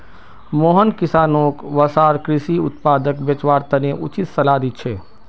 मोहन किसानोंक वसार कृषि उत्पादक बेचवार तने उचित सलाह दी छे